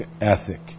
ethic